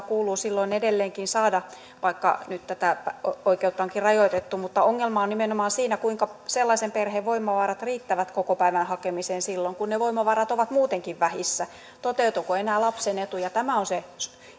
kuuluu silloin edelleenkin saada vaikka nyt tätä oikeutta onkin rajoitettu mutta ongelma on nimenomaan siinä kuinka sellaisen perheen voimavarat riittävät kokopäivähoidon hakemiseen silloin kun ne voimavarat ovat muutenkin vähissä toteutuuko enää lapsen etu ja tämä on se